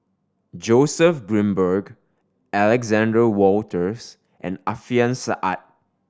Joseph Grimberg Alexander Wolters and Alfian Sa'at